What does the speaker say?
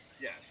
Yes